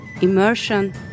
immersion